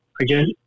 again